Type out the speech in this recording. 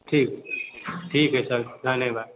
ठीक ठीक अछि सर धन्यवाद